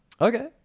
Okay